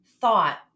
thought